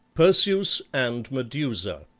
perseus and medusa